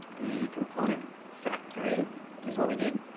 the component factory is what we need.